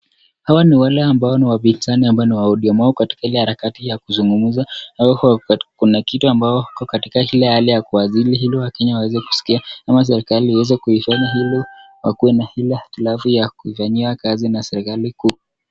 Hawa ni wale ambao ni wapinzani wa ODM, wako katika ile harakati ya kuzungumza au kuna kitu ambayo iko katika ile hali ya kiasili hili waKenya waweza kusikia ama serikali iweze kuifanya hilo hili ikuwe na hitilafu ile ya kuifanyia kazi na serikali ku...